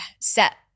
set